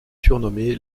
surnommée